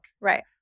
Right